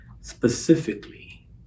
specifically